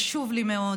חשוב לי מאוד